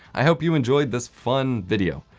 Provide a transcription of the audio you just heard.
i hope you enjoyed this fun video.